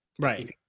Right